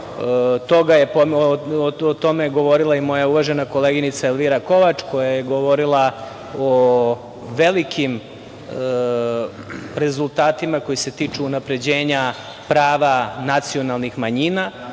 tome je govorila i moja uvažena koleginica Elvira Kovač koja je govorila o velikim rezultatima koji se tiču unapređenja prava nacionalnih manjina,